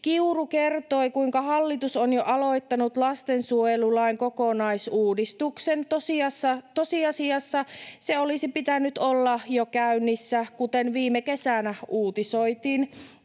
Kiuru kertoi, kuinka hallitus on jo aloittanut lastensuojelulain kokonaisuudistuksen. Tosiasiassa sen olisi pitänyt olla jo käynnissä, kuten viime kesänä uutisoitiin.